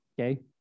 okay